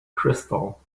crystal